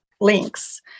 links